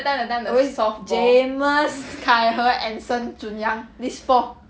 always jamus kai he anson jun yang these four